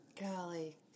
Golly